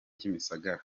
kimisagara